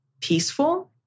peaceful